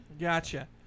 Gotcha